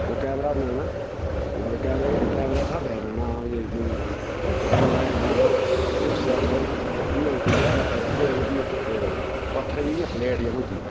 ओह् कैमरा बनाना कैमरे कैमरे इस स्हाबै बनाना त्रिकोना जन बनाना ओह् ते उसी अस इ'यां इक थाह्र रखदे हे फ्ही इक पत्थरै इ'यां प्लेट जन होंदी ही इक